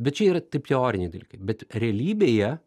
bet čia yra taip teoriniai dalykai bet realybėje